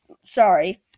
sorry